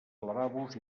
lavabos